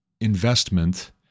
investment